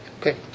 okay